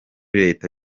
reta